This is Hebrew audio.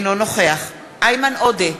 אינו נוכח איימן עודה,